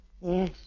Yes